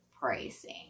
pricing